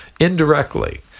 Indirectly